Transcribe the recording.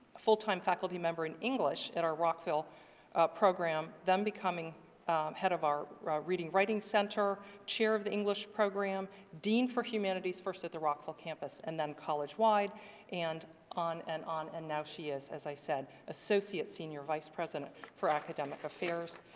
full-time faculty member in english in our rockville program, then becoming head of our reading writing center, chair of the english program, dean for humanities first at the rockville campus and then college-wide and on and on and now she is, as i said, associate senior vice-president for academic affairs.